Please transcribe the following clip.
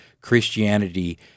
Christianity